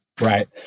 Right